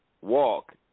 walk